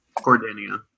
Cordania